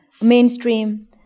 mainstream